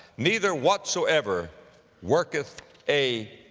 neither whatsoever worketh a,